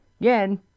Again